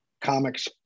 comics